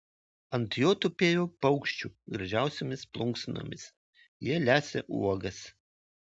ant jo tupėjo paukščių gražiausiomis plunksnomis jie lesė uogas